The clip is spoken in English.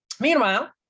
Meanwhile